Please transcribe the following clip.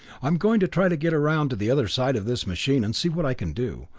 i'm going to try to get around to the other side of this machine and see what i can do,